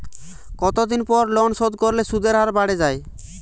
কতদিন পর লোন শোধ করলে সুদের হার বাড়ে য়ায়?